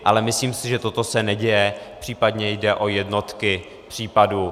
Ale myslím si, že toto se neděje, případně jde o jednotky případů.